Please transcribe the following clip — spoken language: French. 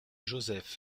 joseph